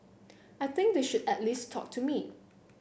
I think they should at least talk to me